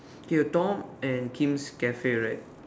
here Tom and Kim's cafe right